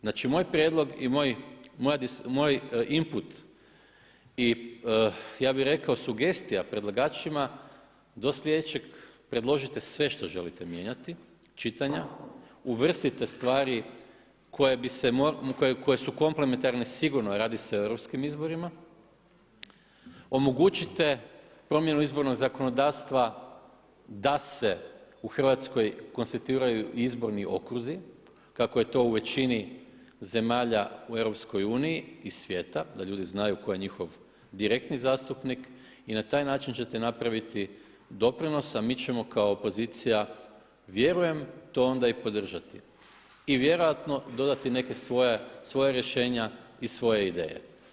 Znači moj prijedlog i moj imput i ja bi rekao sugestija predlagačima do sljedećeg predložite sve što želite mijenjati, čitanja, uvrstite stvari koje su komplementarne, sigurno jer radi se o europskim izborima, omogućite promjeru izbornog zakonodavstva da se u Hrvatskoj konstituiraju izbornu okruzi kako je to u većini zemalja u EU i svijeta, da ljudi znaju tko je njihov direktni zastupnik i na taj način ćete napraviti doprinos, a mi ćemo kao opozicija vjerujem to onda i podržati i vjerojatno dodati neka svoja rješenja i svoje ideje.